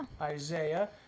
Isaiah